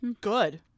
Good